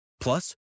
Plus